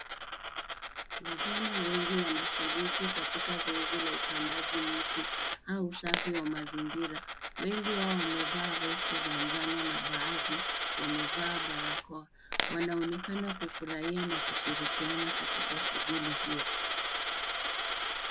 Vijana wengi wanashiriki katika zoezi la upandaji miti au usafi wa mazingira. Wengi wao wamevaa vesti za njano na baadhi wamevaa barakoa. Wanaonekana kufurahia na kushirikiana katika shughuli hio.